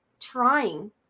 trying